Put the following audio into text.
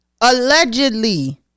allegedly